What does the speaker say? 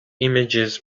images